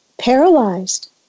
paralyzed